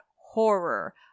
horror